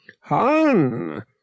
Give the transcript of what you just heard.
Han